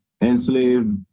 enslave